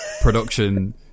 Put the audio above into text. production